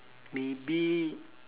maybe